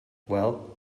well